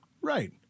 Right